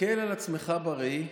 להסתכל על עצמך בראי,